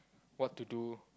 what to do